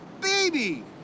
Baby